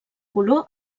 color